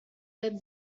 got